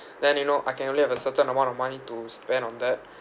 then you know I can only have a certain amount of money to spend on that